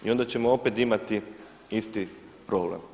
I onda ćemo opet imati isti problem.